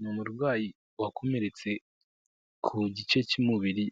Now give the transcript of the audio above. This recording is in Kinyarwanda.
Ni umurwayi wakomeretse ku gice cy'umubiri